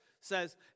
says